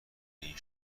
این